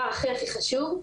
הדבר הכי חשוב.